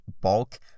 bulk